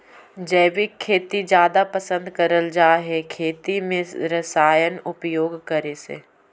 जैविक खेती जादा पसंद करल जा हे खेती में रसायन उपयोग करे से